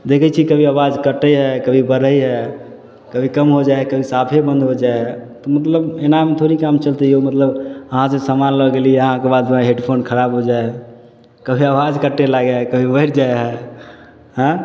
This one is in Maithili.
देखै छियै कभी आवाज कटै हइ कभी बढ़ै हइ कभी कम हो जाइ हइ कभी साफे बन्द हो जाइ हइ तऽ मतलब एनामे थोड़ी काम चलतै यौ मतलब अहाँसे समान लऽ गेली अहाँके बादमे हेडफोन खराब हो जाइ हइ कभी आवाज कटे लागै हइ कभी बढ़ि जाइ हइ ऐं